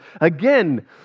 Again